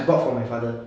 I bought for my father